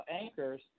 anchors